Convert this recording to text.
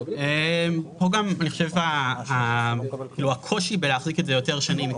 אני חושב שהקושי להחזיק את זה יותר שנים,